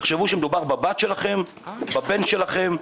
תחשבו שמדובר בבת שלכם או בבן שלכם.